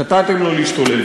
נתתם לו להשתולל.